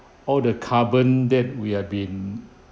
all the carbon that we have been